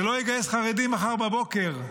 זה לא יגייס חרדים מחר בבוקר,